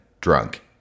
drunk